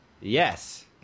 Yes